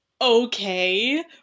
okay